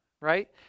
right